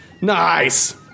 Nice